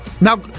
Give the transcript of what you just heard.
Now